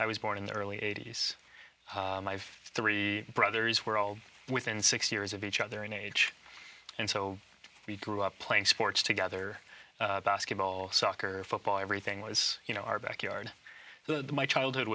i was born in the early eighty's life three brothers were all within six years of each other in age and so we grew up playing sports together basketball soccer football everything was you know our backyard the my childhood